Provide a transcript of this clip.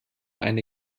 eine